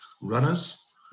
runners